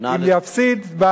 אם יפסיד בה,